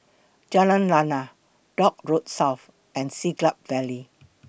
Jalan Lana Dock Road South and Siglap Valley